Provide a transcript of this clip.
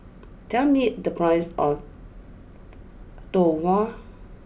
tell me the price of Tau Huay